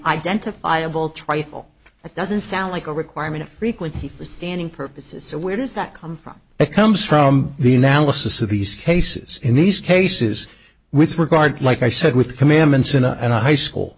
identifiable trifle that doesn't sound like a requirement frequency standing purposes so where does that come from it comes from the analysis of these cases in these cases with regard like i said with the commandments in a and a high school